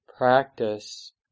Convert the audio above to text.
practice